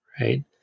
Right